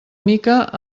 mica